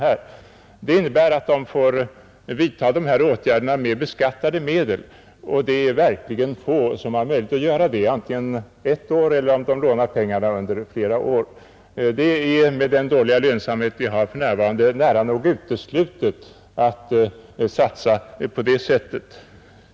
Detta innebär att de får kosta på dessa åtgärder med beskattade medel — och det är verkligen få som har möjlighet att göra det — under ett år eller om de lånar pengarna under flera år. Det är med den dåliga lönsamhet vi har för närvarande nära nog uteslutet att satsa på det viset.